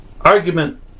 argument